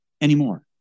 anymore